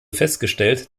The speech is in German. festgestellt